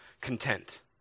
content